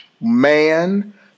Man